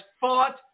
fought